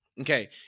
okay